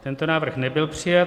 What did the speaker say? Tento návrh nebyl přijat.